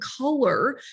color